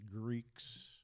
Greeks